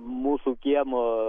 mūsų kiemo